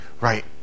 right